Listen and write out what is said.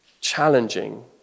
challenging